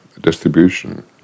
distribution